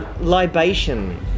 libation